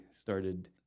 started